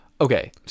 Okay